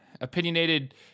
opinionated